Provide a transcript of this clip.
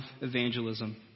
evangelism